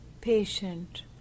patient